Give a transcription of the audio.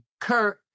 kurt